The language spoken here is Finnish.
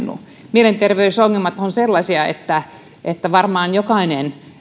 mielenterveysongelmathan ovat sellaisia että että varmaan jokainen